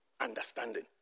understanding